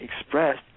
Expressed